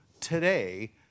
today